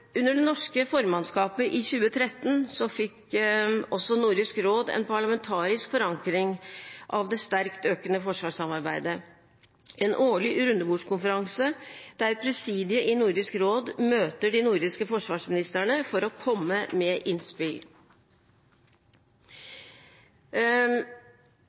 Under det norske formannskapet i 2013 fikk også Nordisk råd en parlamentarisk forankring av det sterkt økende forsvarssamarbeidet – en årlig rundebordskonferanse der presidiet i Nordisk råd møter de nordiske forsvarsministrene for å komme med